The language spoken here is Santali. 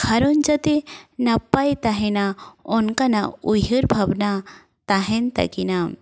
ᱜᱷᱟᱨᱚᱸᱡᱽ ᱡᱟᱛᱮ ᱱᱟᱯᱟᱭ ᱛᱟᱦᱮᱱᱟ ᱚᱱᱠᱟᱱᱟᱜ ᱩᱭᱦᱟᱹᱨ ᱵᱷᱟᱵᱽᱱᱟ ᱛᱟᱦᱮᱱ ᱛᱟᱹᱠᱤᱱᱟ